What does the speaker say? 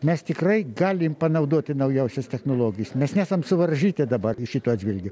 mes tikrai galim panaudoti naujausias technologijas mes nesam suvaržyti dabar šituo atžvilgiu